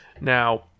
Now